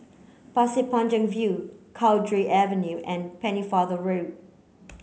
Pasir Panjang View Cowdray Avenue and Pennefather Road